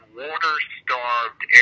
water-starved